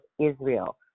Israel